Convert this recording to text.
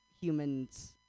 humans